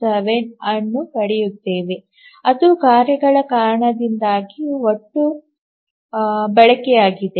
7 ಅನ್ನು ಪಡೆಯುತ್ತೇವೆ ಅದು ಕಾರ್ಯಗಳ ಕಾರಣದಿಂದಾಗಿ ಒಟ್ಟು ಬಳಕೆಯಾಗಿದೆ